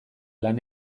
lan